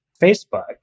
Facebook